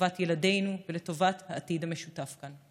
לטובת ילדינו ולטובת העתיד המשותף כאן.